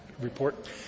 report